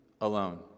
alone